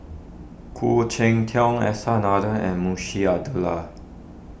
Khoo Cheng Tiong S R Nathan and Munshi Abdullah